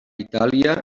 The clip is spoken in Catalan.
itàlia